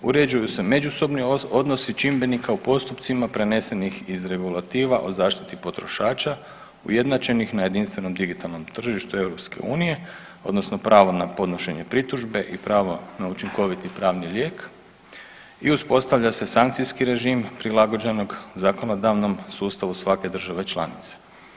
Uređuju se međusobni odnosi čimbenika u postupcima prenesenih iz regulativa o zaštiti potrošača ujednačenom na jedinstvenom digitalnom tržištu EU, odnosno pravo na podnošenje pritužbe i pravo na učinkoviti pravni lijek i uspostavlja se sankcijski režim prilagođenog zakonodavnom sustavu svake države članice.